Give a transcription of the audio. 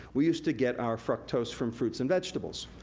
we used to get our fructose from fruits and vegetables,